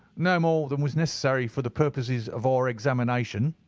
no more than was necessary for the purposes of our examination.